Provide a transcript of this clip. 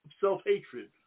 self-hatred